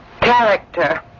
Character